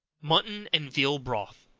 mutton and veal broth.